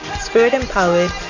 spirit-empowered